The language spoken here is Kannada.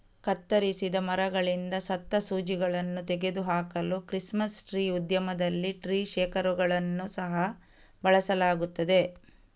ಕತ್ತರಿಸಿದ ಮರಗಳಿಂದ ಸತ್ತ ಸೂಜಿಗಳನ್ನು ತೆಗೆದು ಹಾಕಲು ಕ್ರಿಸ್ಮಸ್ ಟ್ರೀ ಉದ್ಯಮದಲ್ಲಿ ಟ್ರೀ ಶೇಕರುಗಳನ್ನು ಸಹ ಬಳಸಲಾಗುತ್ತದೆ